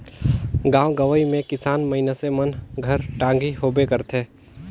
गाँव गंवई मे किसान मइनसे मन घर टागी होबे करथे